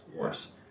worse